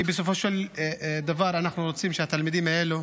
כי בסופו של דבר אנחנו רוצים שהתלמידים האלה